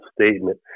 statement